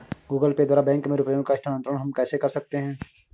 Google Pay द्वारा bank में रुपयों का स्थानांतरण हम कैसे कर सकते हैं?